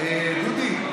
דודי,